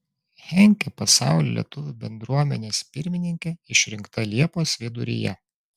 henkė pasaulio lietuvių bendruomenės pirmininke išrinkta liepos viduryje